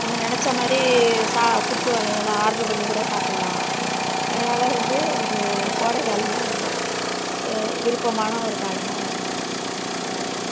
நம்ம நினச்ச மாதிரி சா ஃபுட்டு வகைகளை ஆர்ட்ரு பண்ணி கூட சாப்புடலாம் அதனால் வந்து எனக்கு கோடைக்காலம்னா ரொம்ப விருப்பமான ஒரு காலமாக நான் நினைக்கிறேன் தேங்க்யூ